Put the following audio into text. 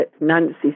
Nancy